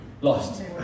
lost